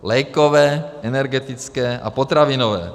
Lékové, energetické a potravinové.